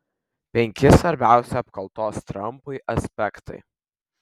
penki svarbiausi apkaltos trampui aspektai